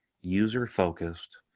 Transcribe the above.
user-focused